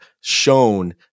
shown